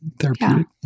therapeutic